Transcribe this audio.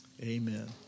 Amen